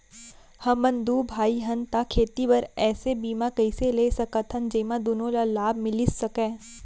हमन दू भाई हन ता खेती बर ऐसे बीमा कइसे ले सकत हन जेमा दूनो ला लाभ मिलिस सकए?